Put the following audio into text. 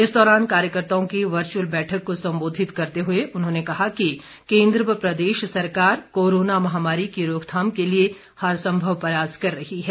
इस दौरान कार्यकर्ताओं की वर्चुअल बैठक को संबोधित करते हुए उन्होंने कहा कि केन्द्र व प्रदेश सरकार कोरोना महामारी की रोकथाम के लिए हर संभव प्रयास कर रही है